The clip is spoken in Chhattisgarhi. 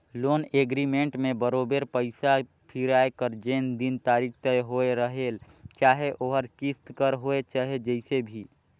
लोन एग्रीमेंट में बरोबेर पइसा फिराए कर जेन दिन तारीख तय होए रहेल चाहे ओहर किस्त कर होए चाहे जइसे भी